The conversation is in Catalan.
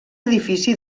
edifici